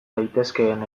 daitezkeen